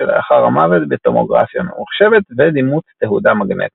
שלאחר המוות בטומוגרפיה ממוחשבת ו-דימות תהודה מגנטית.